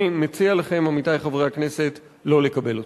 אני מציע לכם, עמיתי חברי הכנסת, לא לקבל אותו.